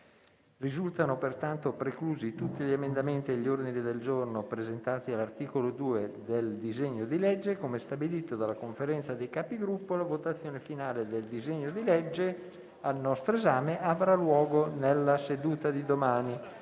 Risultano pertanto preclusi tutti gli emendamenti e gli ordini del giorno presentati all'articolo 2 del disegno di legge. Come stabilito dalla Conferenza dei Capigruppo, la votazione finale del disegno di legge al nostro esame avrà luogo nella seduta di domani.